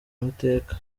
mateka